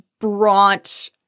brought